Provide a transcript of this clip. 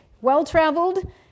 well-traveled